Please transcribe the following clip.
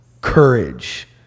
courage